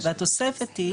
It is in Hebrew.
והתוספת היא: